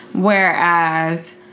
Whereas